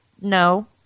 no